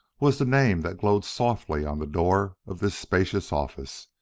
was the name that glowed softly on the door of this spacious office,